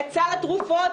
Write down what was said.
סל התרופות,